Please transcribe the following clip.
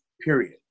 period